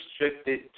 restricted